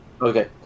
Okay